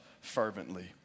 fervently